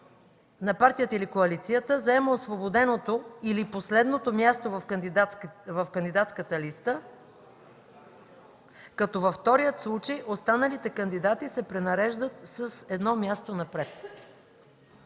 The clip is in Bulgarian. на партията или коалицията заема освободеното или последното място в кандидатската листа, като във втория случай останалите кандидати се пренареждат с едно място напред.”